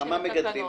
בכמה מגדלים מדובר,